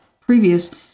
previous